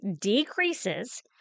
decreases